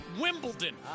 Wimbledon